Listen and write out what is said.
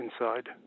inside